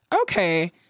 Okay